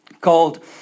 called